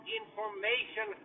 information